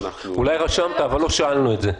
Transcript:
אולי רשמת, אבל לא שאלנו את זה.